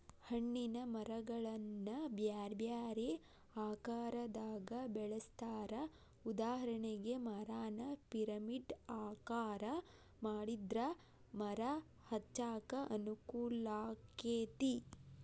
ಹಣ್ಣಿನ ಮರಗಳನ್ನ ಬ್ಯಾರ್ಬ್ಯಾರೇ ಆಕಾರದಾಗ ಬೆಳೆಸ್ತಾರ, ಉದಾಹರಣೆಗೆ, ಮರಾನ ಪಿರಮಿಡ್ ಆಕಾರ ಮಾಡಿದ್ರ ಮರ ಹಚ್ಚಾಕ ಅನುಕೂಲಾಕ್ಕೆತಿ